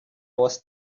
was